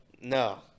No